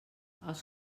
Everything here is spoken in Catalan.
els